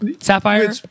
Sapphire